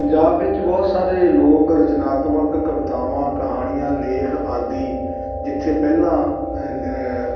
ਪੰਜਾਬ ਵਿੱਚ ਬਹੁਤ ਸਾਰੇ ਲੋਕ ਰਚਨਾਤਮਕ ਕਵਿਤਾਵਾਂ ਕਹਾਣੀਆਂ ਲੇਖ ਆਦਿ ਜਿੱਥੇ ਪਹਿਲਾਂ ਲ